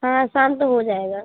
हाँ शाम तक हो जाएगा